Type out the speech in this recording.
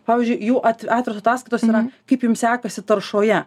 pavyzdžiui jų at atviros ataskaitos yra kaip jum sekasi taršoje